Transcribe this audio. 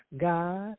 God